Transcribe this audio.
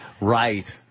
Right